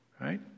right